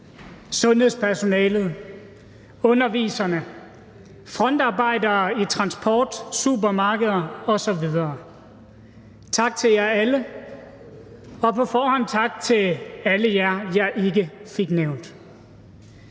sundhedspersonalet, underviserne, frontmedarbejdere i transport, supermarkeder osv. Tak til jer alle, og på forhånd tak til alle jer, jeg ikke fik nævnt.